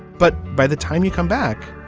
but by the time you come back.